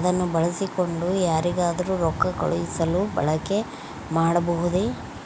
ಅದನ್ನು ಬಳಸಿಕೊಂಡು ಯಾರಿಗಾದರೂ ರೊಕ್ಕ ಕಳುಹಿಸಲು ಬಳಕೆ ಮಾಡಬಹುದೇ?